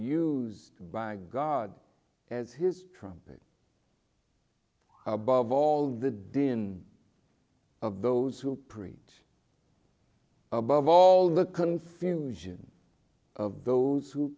used by god as his trumpet above all the din of those who preach above all the confusion of those who